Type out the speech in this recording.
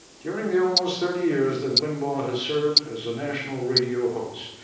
during the almost thirty years that limbaugh has served as a national radio host,